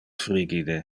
frigide